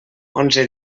onze